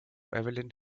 evelyn